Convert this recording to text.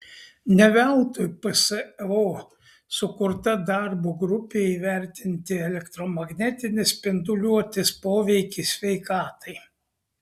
ne veltui pso sukurta darbo grupė įvertinti elektromagnetinės spinduliuotės poveikį sveikatai